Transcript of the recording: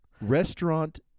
restaurant